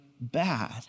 bad